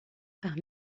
par